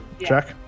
jack